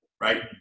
right